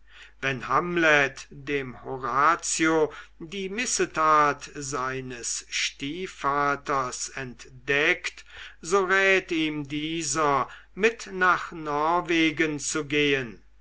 wenn hamlet dem horatio die missetat seines stiefvaters entdeckt so rät ihm dieser mit nach norwegen zu gehen